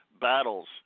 battles